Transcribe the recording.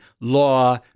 law